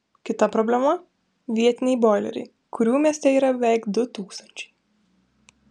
kita problema vietiniai boileriai kurių mieste yra beveik du tūkstančiai